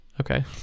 Okay